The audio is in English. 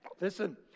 Listen